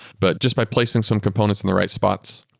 but just by placing some components in the right spots,